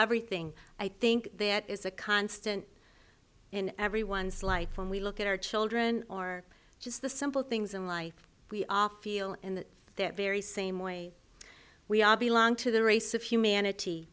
everything i think there is a constant in everyone's life when we look at our children or just the simple things in life we all feel in their very same way we are belong to the race of humanity